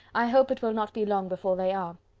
i hope it will not be long before they are.